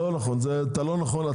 זה לא נכון.